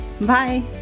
Bye